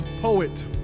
poet